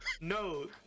No